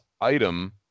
item